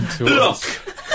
Look